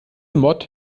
mod